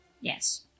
Yes